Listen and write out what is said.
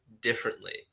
differently